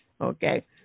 Okay